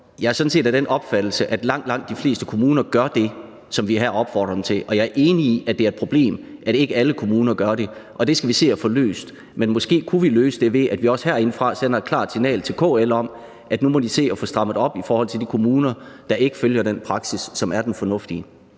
jeg sådan set er af den opfattelse, at langt, langt de fleste kommuner gør det, som vi her opfordrer dem til. Jeg er enig i, at det er et problem, at ikke alle kommuner gør det, og det skal vi se at få løst, men måske kunne vi løse det, ved at vi også herindefra sender et klart signal til KL om, at nu må de se at få strammet op i forhold til de kommuner, der ikke følger den praksis, som er den fornuftige.